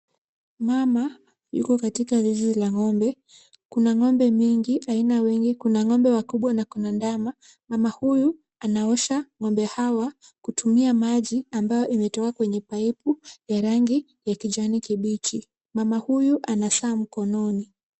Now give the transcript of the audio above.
Mama yuko katika zizi la ng'ombe. Kuna ng'ombe mingi, aina wengi. Kuna ng'ombe wakubwa na kuna ndama. Mama huyu anaosha ng'ombe hawa kutumia maji ambayo imetoka kwenye pipe ya rangi ya kijani kibichi. Mama huyu ana saa mkononi.